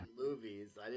movies